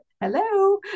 Hello